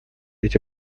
эти